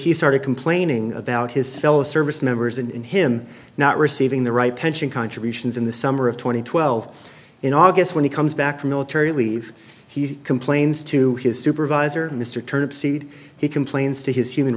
he started complaining about his fellow service members and him not receiving the right pension contributions in the summer of two thousand and twelve in august when he comes back from military leave he complains to his supervisor mr turnip seed he complains to his human